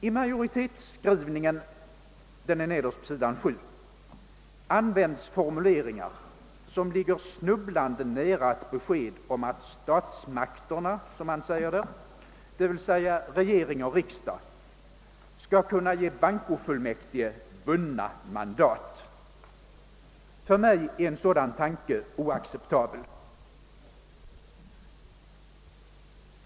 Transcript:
I majoritetsskrivningen nederst på s. 7 i utlåtandet används formuleringar som ligger snubblande nära ett besked om att »statsmakterna», d. v. s. regering och riksdag skall kunna ge bankofullmäktige bundna mandat. För mig är en sådan tanke oacceptabel.